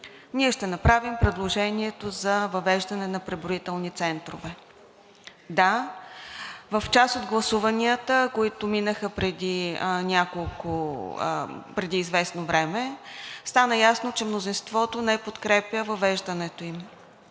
ние ще направим предложението за въвеждане на преброителни центрове. Да, в част от гласуванията, които минаха преди известно време, стана ясно, че мнозинството не подкрепя въвеждането им.